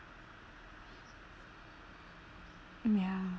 ya